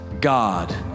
God